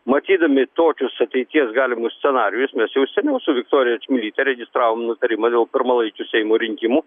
matydami tokius ateities galimus scenarijus mes jau seniau su viktorija čmilytė registravom nutarimą dėl pirmalaikių seimo rinkimų